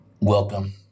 Welcome